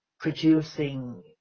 producing